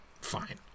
Fine